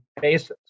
basis